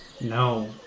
No